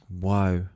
Wow